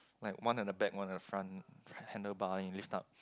like one at the back one at the front handlebar and you lift up